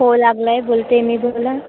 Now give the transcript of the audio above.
हो लागला आहे बोलते मी बोला